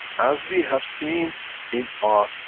as we have seen in our